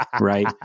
Right